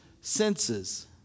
senses